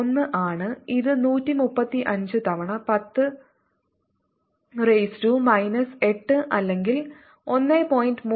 1 ആണ് ഇത് 135 തവണ 10 റൈസ് ടു മൈനസ് 8 അല്ലെങ്കിൽ 1